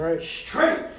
straight